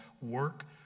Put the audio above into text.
work